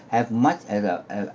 have much has a uh